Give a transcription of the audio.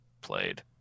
played